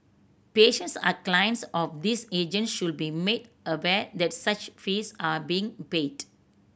patients are clients of these agent should be made aware that such fees are being paid